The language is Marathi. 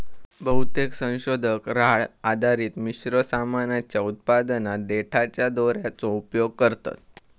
बहुतेक संशोधक राळ आधारित मिश्र सामानाच्या उत्पादनात देठाच्या दोराचो उपयोग करतत